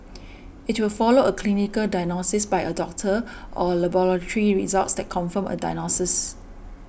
it will follow a clinical diagnosis by a doctor or laboratory results that confirm a diagnosis